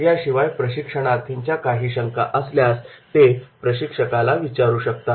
याशिवाय प्रशिक्षणार्थींच्या काही शंका असल्यास ते प्रशिक्षकाला विचारू शकतात